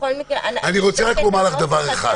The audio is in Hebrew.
בכל מקרה אני אבדוק את הנוסח הזה,